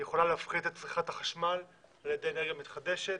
היא יכולה להפחית את צריכת החשמל על ידי אנרגיה מתחדשת,